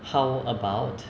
how about